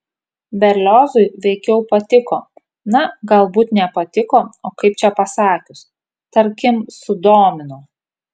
berliozui veikiau patiko na galbūt ne patiko o kaip čia pasakius tarkim sudomino